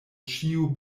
ĉiu